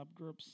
subgroups